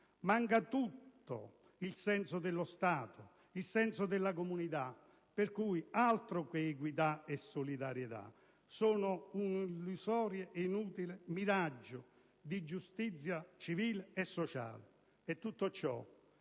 Mancano il senso dello Stato e il senso della comunità, per cui altro che equità e solidarietà! Sono un illusorio e inutile miraggio di giustizia civile e sociale. Tutto ciò